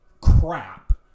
crap